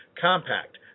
compact